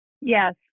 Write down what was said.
Yes